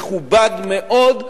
מכובד מאוד,